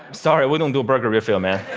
sorry, we don't do burger refill, man.